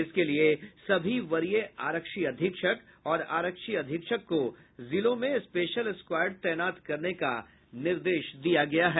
इसके लिए सभी वरीय आरक्षी अधीक्षक और आरक्षी अधीक्षक को जिलों में स्पेशल स्क्वॉड तैनात करने का निर्देश दिया गया है